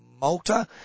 Malta